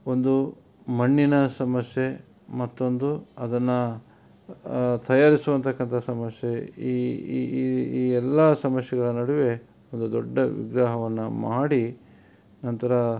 ಒಂದು ಮಣ್ಣಿನ ಸಮಸ್ಯೆ ಮತ್ತೊಂದು ಅದನ್ನು ತಯಾರಿಸುವಂಥಕ್ಕಂಥ ಸಮಸ್ಯೆ ಈ ಎಲ್ಲಾ ಸಮಸ್ಯೆಗಳ ನಡುವೆ ಒಂದು ದೊಡ್ಡ ವಿಗ್ರಹವನ್ನು ಮಾಡಿ ನಂತರ